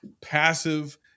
passive